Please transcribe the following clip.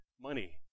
money